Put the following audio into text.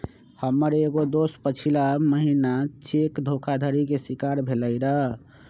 हमर एगो दोस पछिला महिन्ना चेक धोखाधड़ी के शिकार भेलइ र